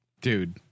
Dude